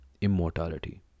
immortality